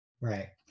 right